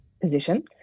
position